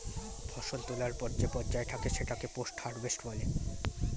ফসল তোলার পর যে পর্যায় থাকে সেটাকে পোস্ট হারভেস্ট বলে